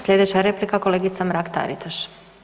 Slijedeća replika, kolegica Mrak-Taritaš.